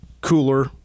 cooler